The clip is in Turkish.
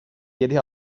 yedi